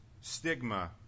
stigma